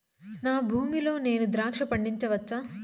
నా భూమి లో నేను ద్రాక్ష పండించవచ్చా?